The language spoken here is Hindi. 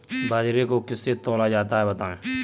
बाजरे को किससे तौला जाता है बताएँ?